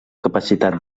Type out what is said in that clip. capacitat